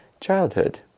childhood